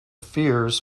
fears